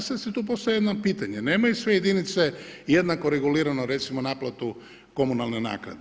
I sada se tu postavlja jedno pitanje, nemaju sve jedinice jednako regulirano recimo naplatu komunalne naknade.